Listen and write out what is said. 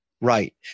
Right